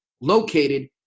located